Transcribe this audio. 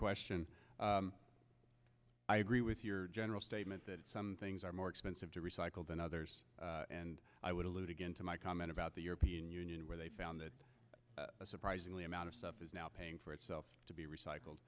question i agree with your general statement that some things are more expensive to recycle than others and i would allude again to my comment about the european union where they found that a surprisingly amount of stuff is now paying for itself to be recycled